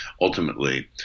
ultimately